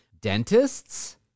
dentists